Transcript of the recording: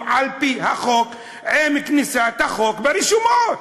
על-פי החוק עם כניסת החוק לרשומות.